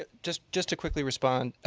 ah just just to quickly respond. ah